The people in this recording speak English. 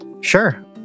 Sure